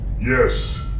Yes